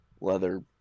leather